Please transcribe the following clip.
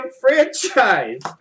franchise